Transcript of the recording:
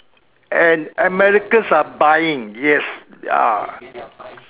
and Americans are buying yes ah